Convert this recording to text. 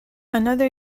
another